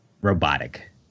robotic